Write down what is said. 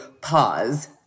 pause